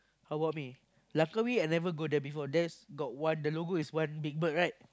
how about me Langkawi I never go there before there is got one the logo is one big bird right